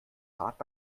fahrt